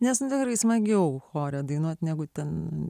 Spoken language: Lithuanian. nes tikrai smagiau chore dainuot negu ten